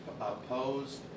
opposed